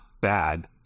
bad